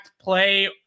play